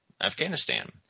Afghanistan